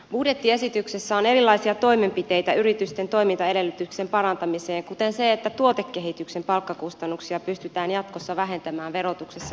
budjettiesityksessä on erilaisia toimenpiteitä yritysten toimintaedellytysten parantamiseksi kuten se että tuotekehityksen palkkakustannuksia pystytään jatkossa vähentämään verotuksessa paremmin